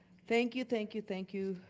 thank you, thank you, thank you,